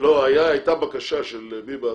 הייתה בקשה של ביבס,